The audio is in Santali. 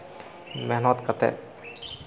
ᱢᱮᱦᱱᱚᱛ ᱠᱟᱛᱮᱫ